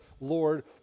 Lord